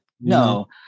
No